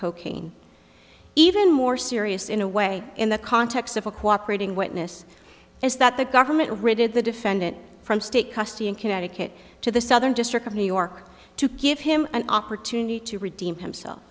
cocaine even more serious in a way in the context of a cooperating witness is that the government rigid the defendant from state custody in connecticut to the southern district of new york to give him an opportunity to redeem himself